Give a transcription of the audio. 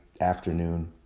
afternoon